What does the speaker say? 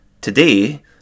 today